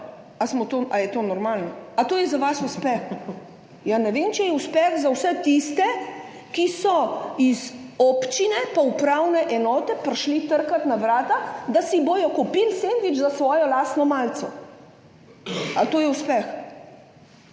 Ali je to normalno? A je to za vas uspeh? Ne vem, če je uspeh za vse tiste, ki so iz občine in upravne enote prišli trkat na vrata, da si bodo kupili sendvič za svojo lastno malico. A je to uspeh?